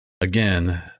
again